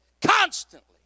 constantly